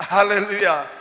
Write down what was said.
Hallelujah